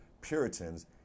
Puritans